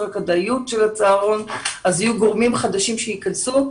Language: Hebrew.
הכדאיות של הצהרון יהיו גורמים חדשים שייכנסו.